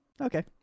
Okay